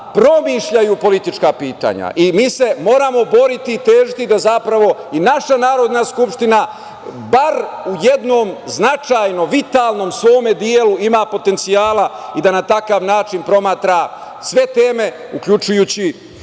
promišljaju politička pitanja i mi se moramo boriti i težiti da zapravo i naša Narodna skupština, bar u jednom značajnom svom vitalnom delu, ima potencijala i da na takav način posmatra sve teme, uključujući